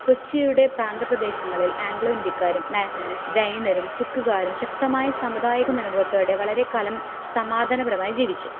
കൊച്ചിയുടെ പ്രാന്തപ്രദേശങ്ങളിൽ ആംഗ്ലോ ഇന്ത്യക്കാരും ജൈനരും സിക്കുകാരും ശക്തമായ സമുദായിക മനോഭാവത്തോടെ വളരെകാലം സമാധാനപരമായി ജീവിച്ചു